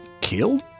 killed